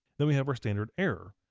then we have our standard error.